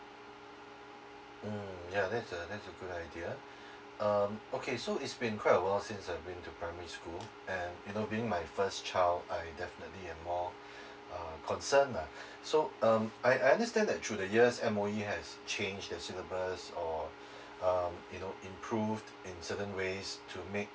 mm ya that's a that's a good idea um okay so it's been quite a while since I've been into primary school and you know being my first child I definitely have more uh concern ah so um I I understand that through the years M_O_E has change the syllabus or um you know improved in certain ways to make